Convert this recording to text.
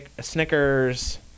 Snickers